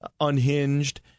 unhinged